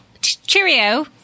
Cheerio